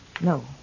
No